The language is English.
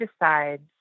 decides